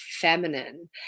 feminine